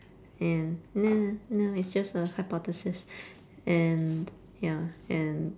and no no it's just a hypothesis and ya and